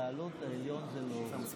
הוריי עלו מתוניס לארץ ישראל, בדרך עברו